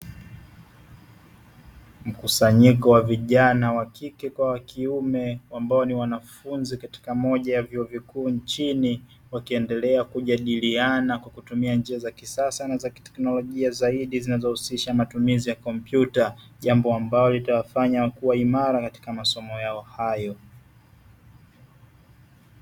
Mkusanyiko wa vijana wa kike kwa wa kiume, ambao ni wanafunzi katika moja ya vyuo vikuu nchini, wakiendelea kujadiliana kutumia njia za kisasa na za kiteknolojia zaidi, zinazohusisha matumizi ya kompyuta. Jambo ambalo litawafanya kuwa imara katika masomo yao hayo.